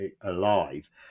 alive